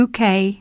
UK